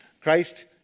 Christ